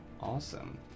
awesome